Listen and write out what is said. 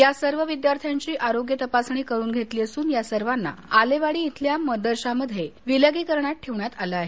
या सर्व विद्यार्थ्यांची आरोग्य तपासणी करून घेतली असून या सर्वांना आलेवाडी इथल्या मदरश्यामध्ये विलगीकरणात ठेवण्यात आलं आहे